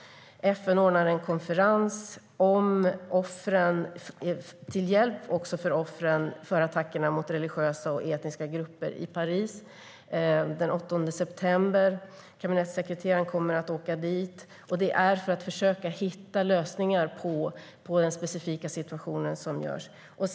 FN ordnar en konferens till hjälp för offren för attackerna mot religiösa och etniska grupper i Paris den 8 september. Kabinettssekreteraren kommer att åka dit. Detta görs för att försöka hitta lösningar på den specifika situation som råder.